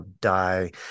die